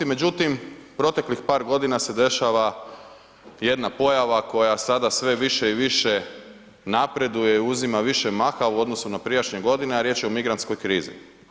Međutim, proteklih par godina se dešava jedna pojava koja sada sve više i više napreduje, uzima više maha u odnosu na prijašnje godine a riječ je o migrantskoj krizi.